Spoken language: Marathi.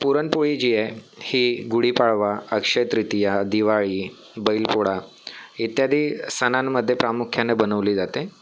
पुरणपोळी जी आहे ही गुडीपाडवा अक्षय तृतीया दिवाळी बैलपोळा इत्यादी सणांमध्ये प्रामुख्यानं बनवली जाते